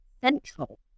central